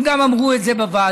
הם גם אמרו את זה בוועדה.